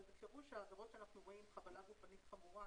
אבל בפירוש העבירות שאנחנו רואים חבלה גופנית חמורה,